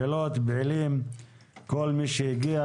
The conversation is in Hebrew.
לפעילות ופעילים, לכל מי שהגיע.